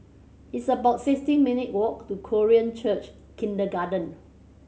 it's about sixteen minute walk to Korean Church Kindergarten